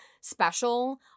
special